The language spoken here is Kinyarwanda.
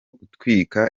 gutwika